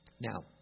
Now